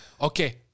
Okay